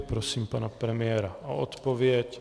Prosím pana premiéra o odpověď.